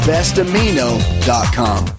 BestAmino.com